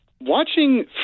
watching